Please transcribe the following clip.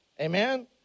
Amen